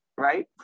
Right